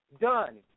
Done